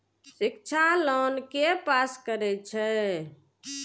शिक्षा लोन के पास करें छै?